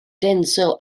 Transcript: denzil